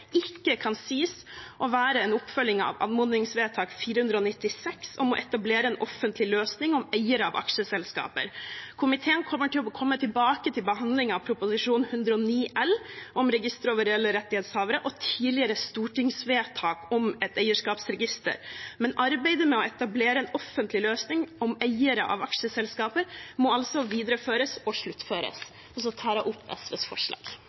ikke kan sies å være en oppfølging av anmodningsvedtak 496, om å etablere en offentlig løsning med informasjon om eiere av aksjeselskaper. Komiteen vil komme tilbake til behandling av Prop. 109 L, om register over reelle rettighetshavere, og tidligere stortingsvedtak om et eierskapsregister. Men arbeidet med å etablere en offentlig løsning med informasjon om eiere av aksjeselskaper må videreføres og sluttføres. Jeg tar opp forslag